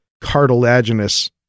cartilaginous